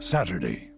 Saturday